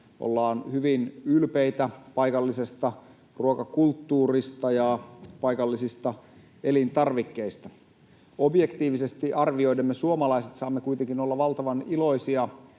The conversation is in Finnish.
ollaan hyvin ylpeitä paikallisesta ruokakulttuurista ja paikallisista elintarvikkeista. Objektiivisesti arvioiden me suomalaiset saamme kuitenkin olla valtavan iloisia